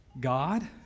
God